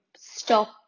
stop